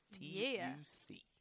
T-U-C